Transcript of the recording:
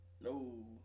No